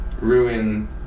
ruin